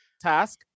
Task